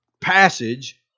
passage